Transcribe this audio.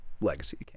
Legacy